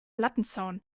lattenzaun